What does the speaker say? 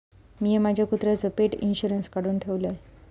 मिया माझ्या कुत्र्याचो पेट इंशुरन्स काढुन ठेवलय